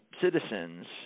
citizens